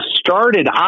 started